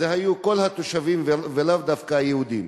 היו כל התושבים ולאו דווקא היהודים.